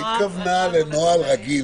היא התכוונה לנוהל רגיל.